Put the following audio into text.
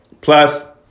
plus